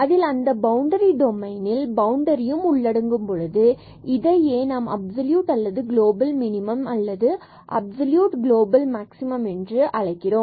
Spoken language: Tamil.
அதில் அந்த பவுண்டரி டொமைனில் பவுண்டரியும் உள்ளடங்கும் போது இதையே நாம் அப்சல்யூட் அல்லது கிளோபல் மினிமம் அல்லது அப்சல்யூட் அல்லது க்ளோபல் மேக்ஸிமம் என்று முறையே அழைக்கிறோம்